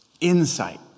insight